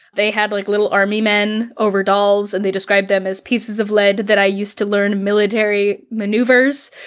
they had like little army men over dolls, and they described them as pieces of lead that i used to learn military maneuvers.